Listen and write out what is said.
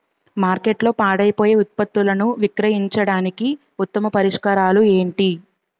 మార్కెట్లో పాడైపోయే ఉత్పత్తులను విక్రయించడానికి ఉత్తమ పరిష్కారాలు ఏంటి?